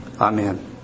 Amen